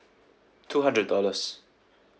two hundred dollars